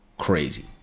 Crazy